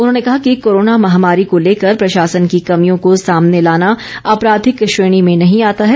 उन्होंने कहा कि कोरोना महामारी को लेकर प्रशासन की कमियों को सामने लाना आपराधिक श्रेणी में नहीं आता है